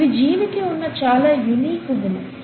ఇది జీవికి ఉన్న చాలా యూనిక్ గుణం